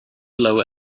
lower